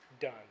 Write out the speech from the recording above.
done